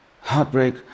Heartbreak